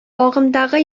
агымдагы